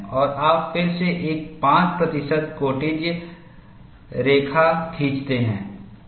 और आप फिर से एक 5 प्रतिशत कोटिज्या रेखा खींचते हैं